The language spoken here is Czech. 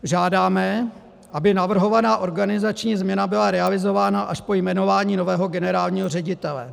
Žádáme, aby navrhovaná organizační změna byla realizována až po jmenování nového generálního ředitele.